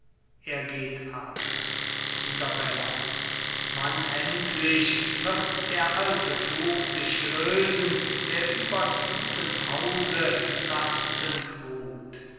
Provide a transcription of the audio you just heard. er geht ab isabella wann endlich wird der fluch sich lösen der über diesem hause lastend ruht